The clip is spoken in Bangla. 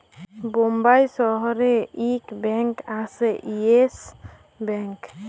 বোম্বাই শহরে ইক ব্যাঙ্ক আসে ইয়েস ব্যাঙ্ক